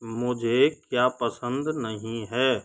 मुझे क्या पसंद नहीं है